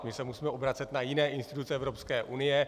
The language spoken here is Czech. My se musíme obracet na jiné instituce Evropské unie.